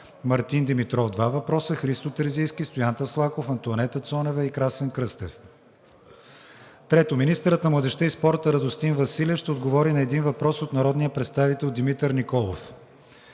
Мартин Димитров (два въпроса); Христо Терзийски; Стоян Таслаков; Антоанета Цонева; и Красен Кръстев. 3. Министърът на младежта и спорта Радостин Василев ще отговори на един въпрос от народния представител Димитър Николов.